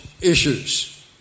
issues